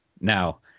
now